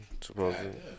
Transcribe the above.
Supposedly